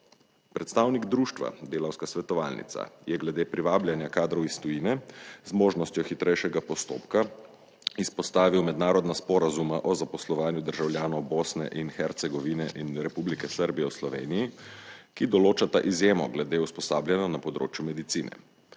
Predstavnik društva Delavska svetovalnica je glede privabljanja kadrov iz tujine z možnostjo hitrejšega postopka izpostavil mednarodna sporazuma o zaposlovanju državljanov Bosne in Hercegovine in Republike Srbije v Sloveniji, ki določata **37. TRAK: (TB) – 16.00** (nadaljevanje)